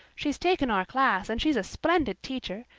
she's taken our class and she's a splendid teacher.